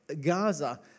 Gaza